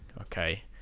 okay